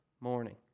morning